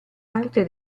parte